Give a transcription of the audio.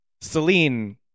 Celine